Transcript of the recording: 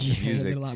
music